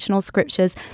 Scriptures